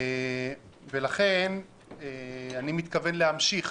אני מתכוון להמשיך